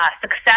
success